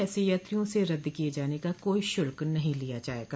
ऐसे यात्रियों से रद्द किए जाने का कोई शुल्क नहीं लिया जायेगा